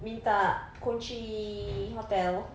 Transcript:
minta kunci hotel